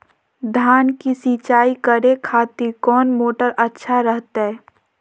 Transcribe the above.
धान की सिंचाई करे खातिर कौन मोटर अच्छा रहतय?